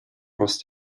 aus